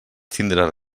tindre